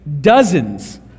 dozens